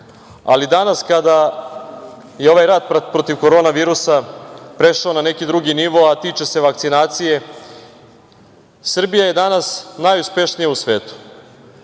Ali, danas kada je ovaj rat protiv korona virusa prešao na neki drugi nivo, a tiče se vakcinacije, Srbija je danas najuspešnija u svetu. Ako